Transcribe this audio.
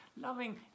loving